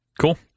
cool